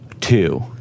Two